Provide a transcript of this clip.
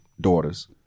daughters